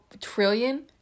trillion